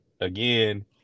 again